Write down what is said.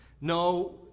No